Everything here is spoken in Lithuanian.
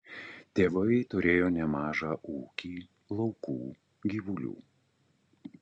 tėvai turėjo nemažą ūkį laukų gyvulių